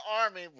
Army